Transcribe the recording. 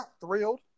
thrilled